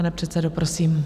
Pane předsedo, prosím.